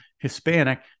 Hispanic